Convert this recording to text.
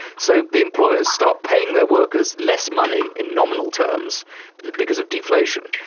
so the employers start paying their workers less money in nominal terms because of deflation.